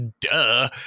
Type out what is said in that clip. duh